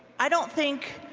i don't think